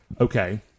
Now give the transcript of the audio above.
Okay